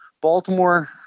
Baltimore